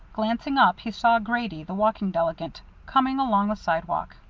glancing up, he saw grady, the walking delegate coming along the sidewalk.